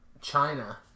China